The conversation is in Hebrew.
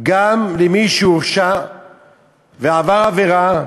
גם למי שהורשע ועבר עבירה,